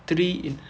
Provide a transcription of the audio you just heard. three in a